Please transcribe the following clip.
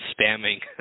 spamming